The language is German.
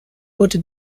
wurde